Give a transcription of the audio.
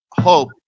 hope